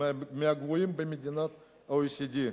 במדינות ה-OECD,